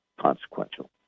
consequential